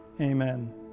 amen